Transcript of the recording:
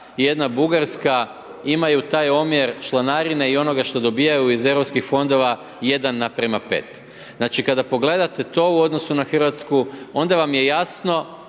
i jedna Bugarska imaju taj omjer članarine i onoga što dobivaju iz EU fondova 1:5. Znači, kada pogledate to u odnosu na Hrvatsku, onda vam je jasno